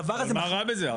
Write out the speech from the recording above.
אבל מה רע בזה?